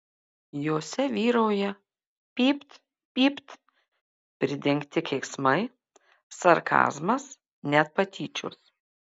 jose vyrauja pypt pypt pridengti keiksmai sarkazmas net patyčios